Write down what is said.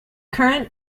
current